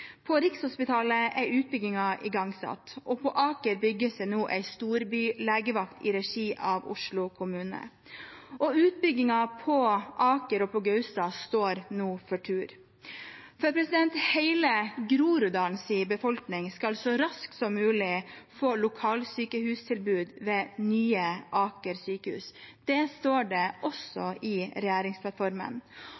På Rikshospitalet er utbyggingen igangsatt, og på Aker bygges det nå en storbylegevakt i regi av Oslo kommune. Utbyggingen på Aker og på Gaustad står nå for tur, for hele Groruddalens befolkning skal så raskt som mulig få lokalsykehustilbud ved Nye Aker Sykehus. Det står det også